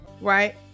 right